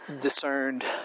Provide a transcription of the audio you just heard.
discerned